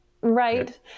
right